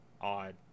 odd